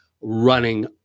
running